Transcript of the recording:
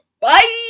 Bye